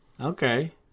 okay